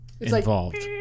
involved